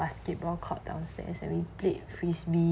basketball court downstairs and we played frisbee